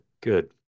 Good